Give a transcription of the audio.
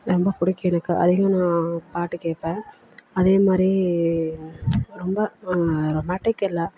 ரொம்ப பிடிக்கும் எனக்கு அதிகம் நான் பாட்டு கேட்பேன் அதே மாதிரி ரொம்ப ரொமாண்ட்டிக் இல்லை